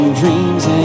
dreams